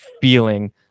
feeling